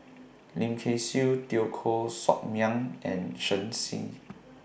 Lim Kay Siu Teo Koh Sock Miang and Shen Xi